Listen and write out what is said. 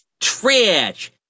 trash